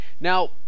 Now